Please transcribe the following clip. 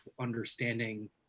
understanding